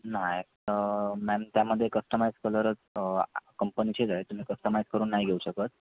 नाही मॅम त्यामध्ये कस्टमाइज कलरच कंपनीचेच आहे तुम्ही कस्टमाइज करून नाही घेऊ शकत